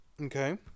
Okay